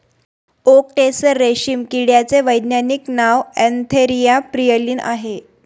okay tasar रेशीम किड्याचे वैज्ञानिक नाव अँथेरिया प्रियलीन आहे